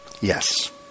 Yes